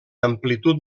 amplitud